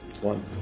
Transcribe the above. One